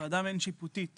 ועדה מעין שיפוטית